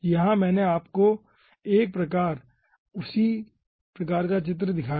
तो यहाँ मैंने आपको एक बार फिर उसी प्रकार का चित्र दिखाया है